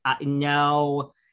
no